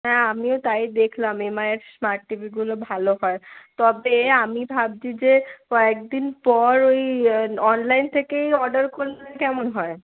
হ্যাঁ আমিও তাই দেখলাম এম আইয়ের স্মার্ট টিভিগুলো ভালো হয় তবে আমি ভাবছি যে কয়েক দিন পর ঐ অনলাইন থেকেই অর্ডার করলে কেমন হয়